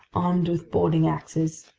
armed with boarding axes.